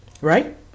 Right